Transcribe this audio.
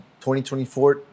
2024